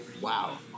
Wow